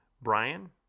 Brian